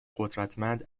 قدرتمند